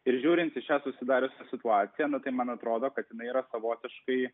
ir žiūrint į šią susidariusią situaciją nu tai man atrodo kad jinai yra savotiškai